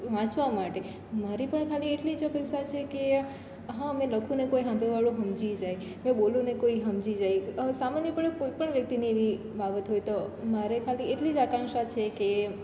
વાંચવા માટે મારી પણ ખાલી એટલી જ અપેક્ષા છે કે હં મેં લખું ને કોઈ સામેવાળો સમજી જાય હું બોલું ને કોઈ સમજી જાય સામાન્યપણે કોઈ પણ વ્યક્તિને એવી બાબત હોય તો મારે ખાલી એટલી જ આકાંક્ષા છે કે